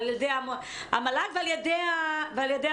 על ידי המל"ג ועל ידי המכללות.